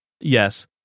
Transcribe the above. Yes